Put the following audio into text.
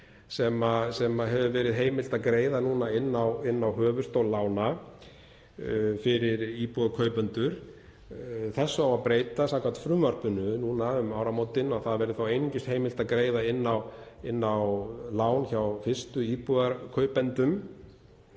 sem hefur verið heimilt að greiða inn á höfuðstól lána fyrir íbúðarkaupendur. Þessu á að breyta samkvæmt frumvarpinu núna um áramótin og það verður þá einungis heimilt að greiða inn á lán hjá fyrstu íbúðarkaupendum.